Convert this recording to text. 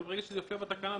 אבל ברגע שזה יופיע בתקנה,